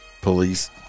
Police